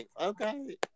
Okay